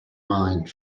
mind